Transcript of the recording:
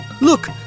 Look